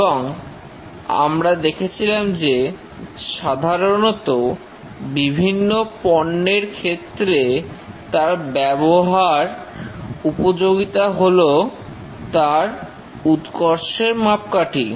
এবং আমরা দেখেছিলাম যে সাধারণত বিভিন্ন পণ্যের ক্ষেত্রে তার ব্যবহার উপযোগিতা হলো তার উৎকর্ষের মাপকাঠি